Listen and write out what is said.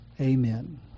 amen